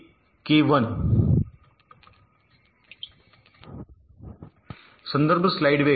जेव्हा आपल्याकडे 12 3 12 इतके असेल 1 आहे 5